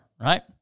right